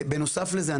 נוסף על זה,